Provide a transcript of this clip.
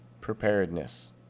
preparedness